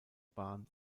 bahn